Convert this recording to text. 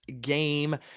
game